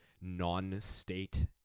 non-state